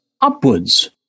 upwards